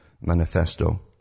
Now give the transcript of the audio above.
manifesto